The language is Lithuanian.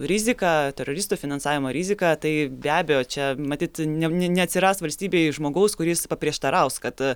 riziką teroristų finansavimo riziką tai be abejo čia matyt ne neatsiras valstybėj žmogaus kuris paprieštaraus kad